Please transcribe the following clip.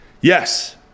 yes